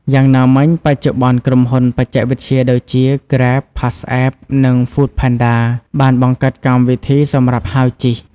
យ៉ាងណាមិញ បច្ចុប្បន្នក្រុមហ៊ុនបច្ចេកវិទ្យាដូចជា Grab, PassApp និង Foodpanda បានបង្កើតកម្មវិធីសម្រាប់ហៅជិះ។